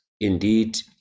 indeed